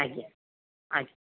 ଆଜ୍ଞା ଆଜ୍ଞା ନମସ୍କାର